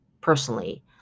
personally